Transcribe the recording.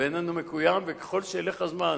ואיננו מקוים, וככל שילך הזמן